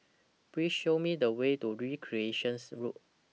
Please Show Me The Way to Recreations Road